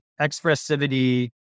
expressivity